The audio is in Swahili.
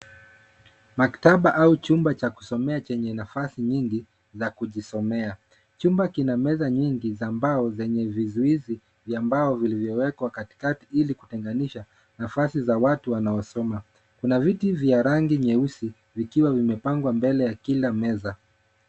Maktaba au chumba cha kusomea chenye nafasi nyingi za kujisomea. Chumba kina meza nyingi za mbao zenye vizuizi vya mbao vilivyowekwa katikati ili kutenganisha nafasi za watu wanaosoma. Kuna viti vya rangi nyeusi vikiwa vimepangwa mbele ya kila meza.